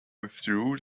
withdrew